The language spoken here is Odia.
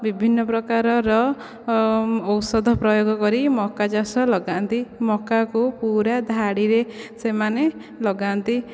ବିଭିନ୍ନ ପ୍ରକାରର ଔଷଧ ପ୍ରୟୋଗ କରି ମକା ଚାଷ ଲଗାନ୍ତି ମକାକୁ ପୁରା ଧାଡ଼ିରେ ସେମାନେ ଲଗାନ୍ତି